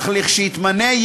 אך כשיתמנה,